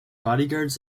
bodyguards